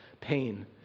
pain